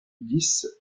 dix